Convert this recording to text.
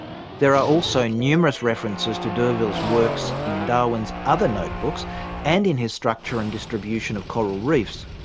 there are also numerous references to d'urville's works in darwin's other notebooks and in his structure and distribution of coral reefs,